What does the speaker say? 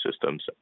systems